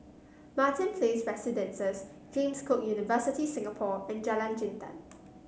Martin Place Residences James Cook University Singapore and Jalan Jintan